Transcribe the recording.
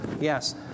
Yes